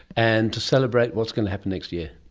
and to celebrate, what's going to happen next year?